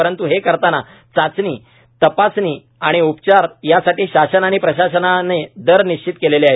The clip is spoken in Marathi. परंतू हे करताना चाचणी तपासणी आणि उपचार यासाठी शासन आणि प्रशासनाने दर निश्चिती केलेली आहे